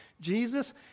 Jesus